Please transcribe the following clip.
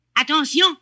Attention